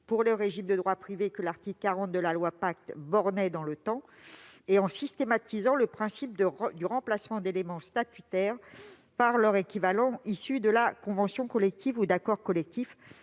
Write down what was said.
pour le régime de droit privé que l'article 40 de la loi Pacte bornait dans le temps et, d'autre part, en systématisant le principe du remplacement d'éléments statutaires par leur équivalent issu de la convention collective ou d'accords collectifs,